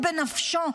מי שחירות בנפשו,